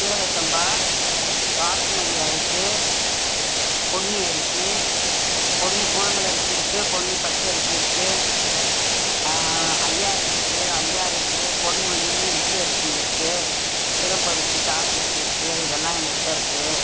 சீரக சம்பா பாஸ்மதி ரைஸ் பொன்னி அரிசி பொன்னி புழுங்கலரிசி இருக்கு பொன்னி பச்சரிசி இருக்கு ஐஆர் இருபது ஐஆர் எட்டு பொன்மணினு இட்லி அரிசிங்க இருக்கு சிகப்பரிசி கார அரிசி இருக்கு இதெலாம் எங்ககிட்ட இருக்கு